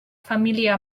família